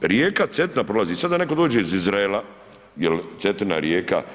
A rijeka Cetina prolazi, sad da netko dođe iz Izraela jel' Cetina rijeka.